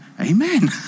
Amen